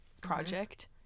project